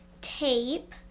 tape